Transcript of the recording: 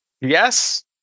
Yes